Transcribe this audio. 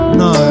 no